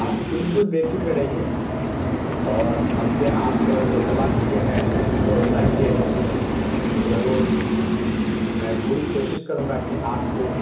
آپ بالکل بے فکر رہیے اور ہم پہ آپ اعتبار کیے ہیں بھروسہ کیے ہیں ضرور میں پوری کوشش کروں گا کہ آپ کو